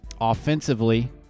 offensively